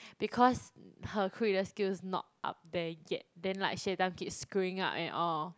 because her quenelle skills not up there yet then like she every time keep screwing up and all